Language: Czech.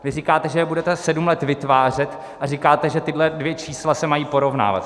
Vy říkáte, že je budete sedm let vytvářet, a říkáte, že tahle dvě čísla se mají porovnávat.